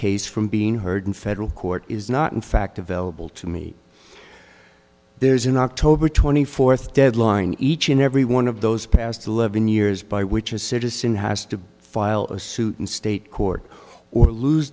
case from being heard in federal court is not in fact available to me there is an october twenty fourth deadline each and every one of those past eleven years by which a citizen has to file a suit in state court or lose